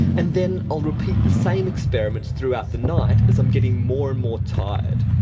and then i'll repeat the same experiments throughout the night as i'm getting more and more tired.